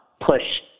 push